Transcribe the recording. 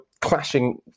clashing